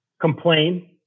complain